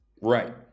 Right